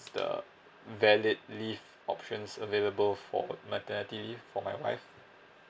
the valid leave options available for maternity leave for my wife